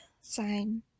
sign